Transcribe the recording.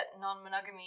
non-monogamy